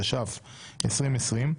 התש״ף-2020,